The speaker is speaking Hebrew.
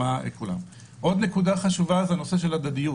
עוד נקודה חשובה בנושא של הדדיות